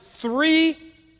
three